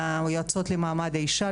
ליועצות למעמד האישה,